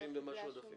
זה.